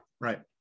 right